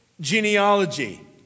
genealogy